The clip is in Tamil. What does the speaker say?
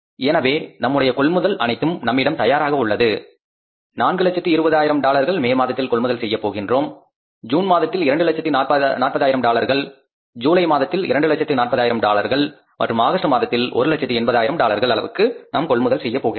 எனவே நம்முடைய கொள்முதல் அனைத்தும் நம்மிடம் தயாராக உள்ளது 420000 டாலர்கள் மே மாதத்தில் கொள்முதல் செய்யப் போகின்றோம் ஜூன் மாதத்தில் 2 லட்சத்து 40 ஆயிரம் டாலர்கள் ஜூலை மாதத்தில் 2 லட்சத்து 40 ஆயிரம் டாலர்கள் மற்றும் ஆகஸ்ட் மாதத்தில் ஒரு லட்சத்து 80 ஆயிரம் டாலர்கள் அளவுக்கு நாம் கொள்முதல் செய்யப் போகின்றோம்